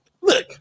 look